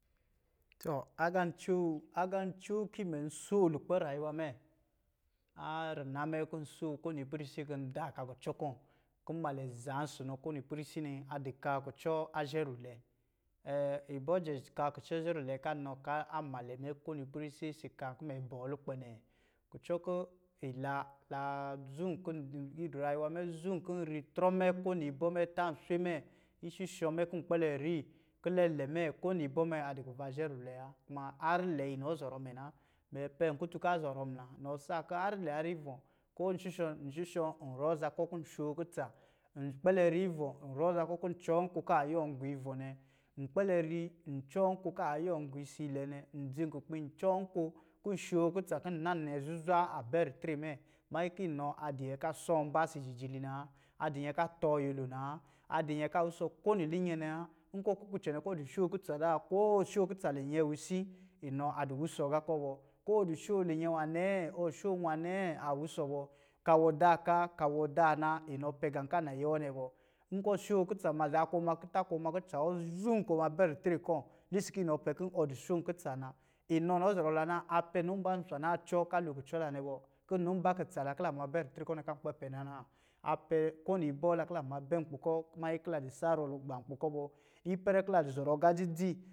Tɔ, agā ncoo, agā ncoo ki mɛ soo lukpɛ rayuwa mɛ, a rina mɛ kɔ̄ soo ko nipɛ risi kɔ̄ da ka kucɔ kɔ̄, kɔ̄ nmalɛ zaan sunɔ ko nipɛrisi nɛ, a di ka kucɔ a zhɛ rulwɛ. ibɔjɛ ka kucɔ zhɛ ralwɛ ka nɔ ka anmalɛ mɛ ko nipɛrisi si ka nwā kɔ̄ mɛ bɔɔ lukpɛ nɛɛ kucɔ kɔ̄ ila laa zum kɔ̄ rayuwa mɛ zum kɔ̄ ri trɔ mɛ, ko ni bɔ mɛ, tā, swe mɛ, ishushɔ mɛ kɔ̄ kpɛlɛ ri, kilɛlɛɛ mɛ, ko ni bɔ mɛ a di kuva zhɛ rillwɛ wa, kuma harr lɛ inɔ zɔrɔ mɛ na. Mɛ pɛm kutu ka zɔrɔm muna, nɔ saa kɔ̄ harr lɛ harr ivɔ̄, ko nshushɔ̄, nshushɔ̄ n rɔ aza kɔ kɔ̄ shookutsa. Nkpɛlɛri ivɔ̄, n rɔɔ za kɔ kɔ̄ cɔɔ nko ka yuwɔ̄ gɔ ivɔ̄ nɛ. Nkpelɛ ri n cɔɔ nko ka yuwɔ̄ gɔ isiilɛ nɛ. N dzi kukpi, n cɔɔ nko, kɔ̄ shookutsa kin nan nɛ, zuzwa a bɛ ritre mɛ, manyi ki inɔ adi nyɛ ka sɔmbā si jijili naa. A di nyɛ ka tɔɔ nyɛlo naa. A di nyɛ ka wusɔ ko ni linyɛ nɛ wa. Nkɔ̄ kuku ncɛnɛ kɔ di shookutsa zan, koo ɔ sookutsa linyɛn wiisi, inɔa di wusɔ ga kɔ bɔ. Ko ɔ di shoo linyɛ nwa nɛɛ, ɔ shoo wa nɛɛ, a wusɔ bɔ. Ka wɔ da kaa, ka wɔ daa na, inɔ pɛ gaa ka nayɛ wɔ nɛ bɔ. Nkɔ̄ sookutsa ma zaa kɔ ma kita kɔ ma kutsa wɔ zum kɔ ma bɛ ritre kɔ̄ numba a kutsa la kila ma ba ritre kɔ̄ nɛ kan kpɛ pɛ na naa. A pɛ ko niibɔ la ki lan ma bɛ nkpi kɔ manyi kila di sarɔ lugba nkpi kɔ bɔ. Ipɛrɛ ki la di zɔrɔ aga dzidzi